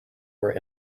were